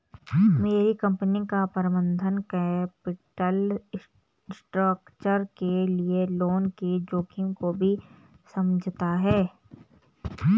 मेरी कंपनी का प्रबंधन कैपिटल स्ट्रक्चर के लिए लोन के जोखिम को भी समझता है